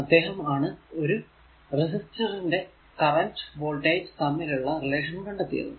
അദ്ദേഹം ആണ് ഒരു റെസിസ്റ്റിർ ന്റെ കറന്റ് വോൾടേജ് തമ്മിൽ ഉള്ള റിലേഷൻ കണ്ടെത്തിയത്